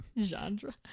Genre